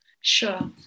Sure